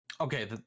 okay